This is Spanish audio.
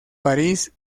parís